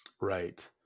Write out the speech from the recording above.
Right